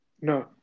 No